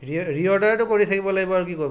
ৰি ৰি অৰ্ডাৰেতো কৰি থাকিব লাগিব আৰু কি কৰিব